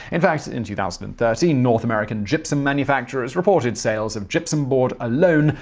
in fact, in two thousand and thirteen, north american gypsum manufacturers reported sales of gypsum board, alone,